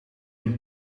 een